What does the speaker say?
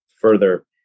further